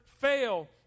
fail